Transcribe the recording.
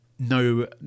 No